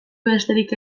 besterik